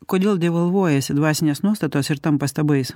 kodėl devalvuojasi dvasinės nuostatos ir tampa stabais